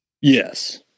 Yes